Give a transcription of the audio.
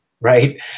right